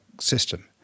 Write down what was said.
system